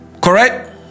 Correct